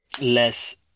less